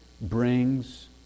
brings